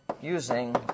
Using